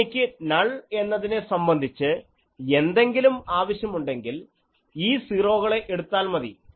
ഇനിയെനിക്ക് null എന്നതിനെ സംബന്ധിച്ച് എന്തെങ്കിലും ആവശ്യമുണ്ടെങ്കിൽ ഈ സീറോകളെ എടുത്താൽ മതി